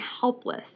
helpless